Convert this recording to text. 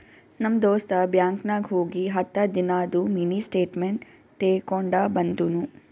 ನಮ್ ದೋಸ್ತ ಬ್ಯಾಂಕ್ ನಾಗ್ ಹೋಗಿ ಹತ್ತ ದಿನಾದು ಮಿನಿ ಸ್ಟೇಟ್ಮೆಂಟ್ ತೇಕೊಂಡ ಬಂದುನು